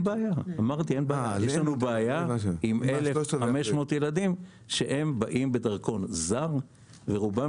יש לנו בעיה עם 1,500 ילדים שבאים בדרכון זר ורובם